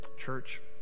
Church